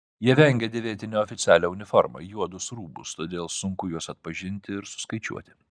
jie vengia dėvėti neoficialią uniformą juodus rūbus todėl sunku juos atpažinti ir suskaičiuoti